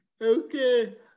Okay